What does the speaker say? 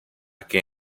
que